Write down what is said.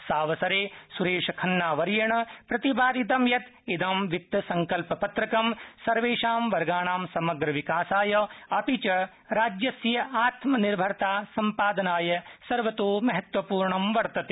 सावसरे स्रेशखन्ना वर्येण प्रतिपादितं यत् इद वित्तसंकल्पपत्रकम् सर्वेषां वर्गाणां समग्रविकासाय अपि च राज्यस्य आत्मनिर्भरता सम्पादनाय सर्वतोमहत्त्वपूर्ण वर्तते